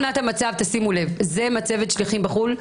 שימו לב, זו מצבת השליחים בחו"ל.